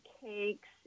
cakes